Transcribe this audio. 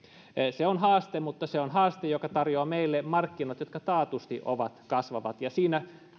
se on haaste mutta se on haaste joka tarjoaa meille markkinat jotka ovat taatusti kasvavat ja siinä